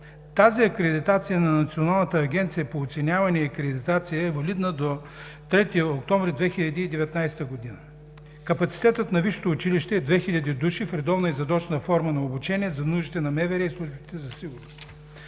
Тази акредитация на Националната агенция по оценяване и акредитация е валидна до 3 октомври 2019 г. Капацитетът на висшето училище е 2000 души в редовна и задочна форма на обучение за нуждите на МВР и службите за сигурност.